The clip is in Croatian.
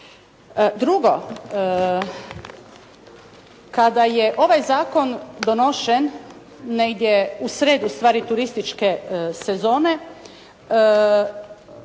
Drugo, kada je ovaj zakon donošen negdje u sred u stvari turističke sezone,